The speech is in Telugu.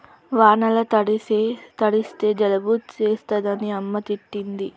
వానల తడిస్తే జలుబు చేస్తదని అమ్మ తిట్టింది